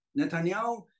Netanyahu